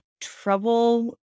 trouble